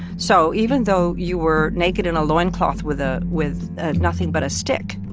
so even though you were naked in a loincloth with a with nothing but a stick,